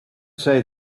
say